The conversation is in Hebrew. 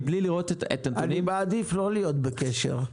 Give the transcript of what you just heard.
אני מעדיף לא להיות בקשר.